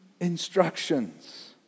instructions